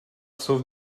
sauve